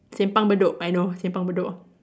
Simpang Bedok I know Simpang Bedok